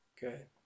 good